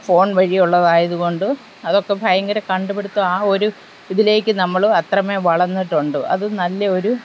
phone വഴി ഉള്ളതായത് കൊണ്ട് അതൊക്കെ ഭയങ്കര കണ്ടുപിടുത്തം ആ ഒരു ഇതിലേക്ക് നമ്മൾ അത്രമേൽ വളർന്നിട്ടുണ്ട് അത് നല്ല ഒരു